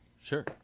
Sure